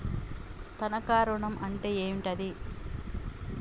తనఖా ఋణం అంటే ఏంటిది?